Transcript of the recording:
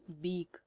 beak